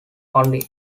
only